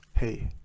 Hey